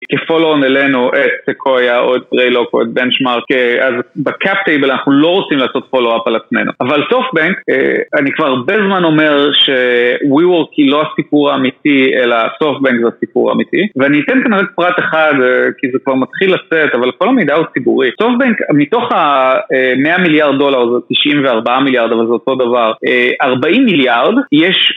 כפולואון אלינו את סקויה או את ריילוק או את בנשמארק אז בקאפ טייבל אנחנו לא רוצים לעשות פולואפ על עצמנו. אבל סופטבנק, אני כבר הרבה זמן אומר שווי וורק היא לא הסיפור האמיתי אלא סופטבנק זה הסיפור האמיתי. ואני אתן כנראה פרט אחד כי זה כבר מתחיל לצאת אבל כל המידע הוא ציבורי. סופטבנק, מתוך ה100 מיליארד דולר, זה 94 מיליארד אבל זה אותו דבר, 40 מיליארד, יש...